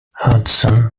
hudson